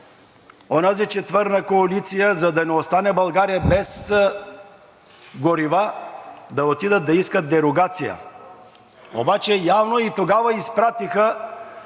онази четворна коалиция, за да не остане България без горива, да отидат да искат дерогация. Обаче явно и тогава от